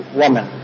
woman